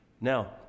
Now